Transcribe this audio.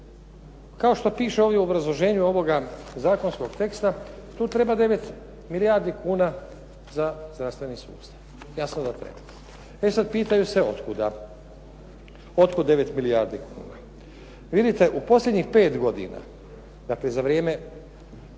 Kao što piše ovdje u obrazloženju ovoga zakonskog teksta, tu treba 9 milijardi kuna za zdravstveni sustav. E sad, pitaju se otkuda. Otkud 9 milijardi kuna. Vidite, u posljednjih pet godina, dakle za vrijeme